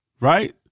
Right